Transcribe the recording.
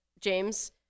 James